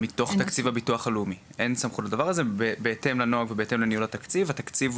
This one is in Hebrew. בסוף מכל הבליל, אם אני מנסה להבין את העמדה של